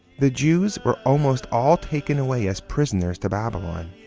the jews were almost all taken away as prisoners to babylon.